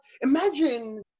imagine